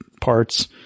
parts